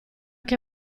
che